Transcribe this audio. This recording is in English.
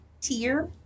tier